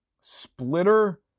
Splitter